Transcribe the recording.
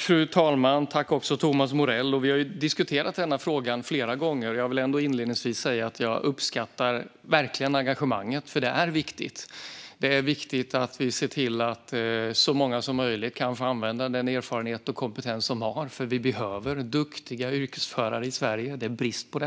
Fru talman! Vi har diskuterat denna fråga flera gånger, Thomas Morell. Jag vill ändå inledningsvis säga att jag verkligen uppskattar engagemanget, för det är viktigt. Det är viktigt att vi ser till att så många som möjligt kan få använda den erfarenhet och kompetens som de har. Vi behöver nämligen duktiga yrkesförare i Sverige. Det är brist på